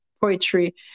poetry